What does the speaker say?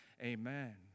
amen